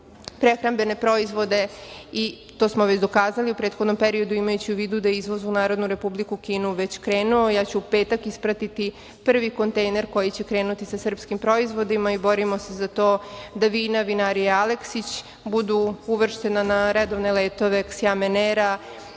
prehrambene proizvode. To smo već dokazali u prethodnom periodu imajući u vidu da je izvoz u NRK već krenuo. Ja ću u petak ispratiti kontejner koji krenuti sa srpskim proizvodima. Borimo se za to da vina vinarije Aleksić budu uvrštena na redovne letove „Ksjamen era“,